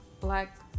Black